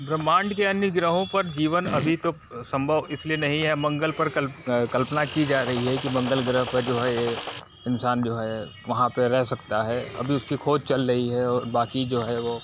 ब्रह्मांड के अन्य ग्रहों पर जीवन अभी तो संभव इसलिए नहीं मंगल पर कल कल्पना की जा रही है कि मंगल गृह पर जो है इंसान जो है वहाँ पे रह सकता है अभी उसकी खोज चल रही है और बाकि जो है वो